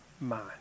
mind